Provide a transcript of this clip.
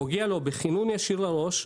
פוגע לו בכינון ישיר לראש.